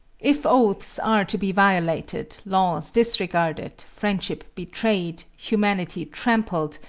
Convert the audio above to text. if oaths are to be violated, laws disregarded, friendship betrayed, humanity trampled,